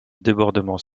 débordements